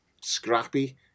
scrappy